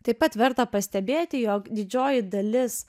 taip pat verta pastebėti jog didžioji dalis